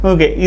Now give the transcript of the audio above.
Okay